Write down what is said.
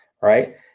Right